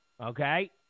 okay